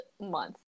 month